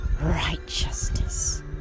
righteousness